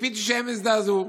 ציפיתי שהם יזדעזעו.